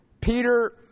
Peter